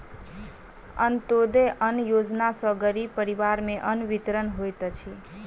अन्त्योदय अन्न योजना सॅ गरीब परिवार में अन्न वितरण होइत अछि